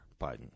Biden